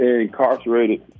incarcerated